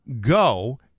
go